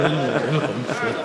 אין לך מושג.